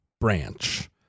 branch